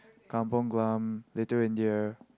Kampung-Glam Little-India